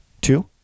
Two